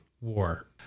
war